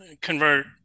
convert